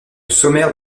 sommaire